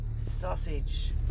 sausage